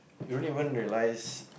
you don't even realise